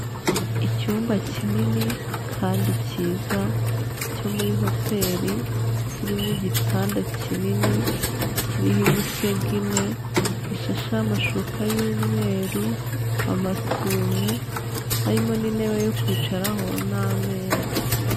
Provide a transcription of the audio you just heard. Icyumba kinini kandi kiza cyo muri hoteli, kirimo igitanda kinini kiriho imisego ine gishasheho amashuka y'umweru amasume, harimo n'intebe yo kwicaraho n'ameza.